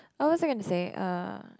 what was I going to say uh